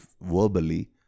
verbally